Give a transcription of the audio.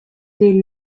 des